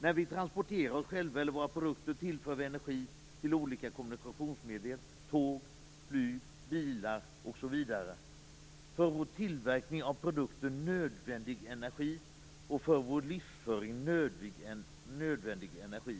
När vi transporterar oss själva eller våra produkter tillför vi energi till olika kommunikationsmedel som tåg, flyg, bilar osv. För vår tillverkning av produkter och för vår livsföring är det nödvändigt med energi.